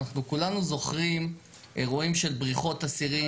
אנחנו כולנו זוכרים אירועים של בריחות אסירים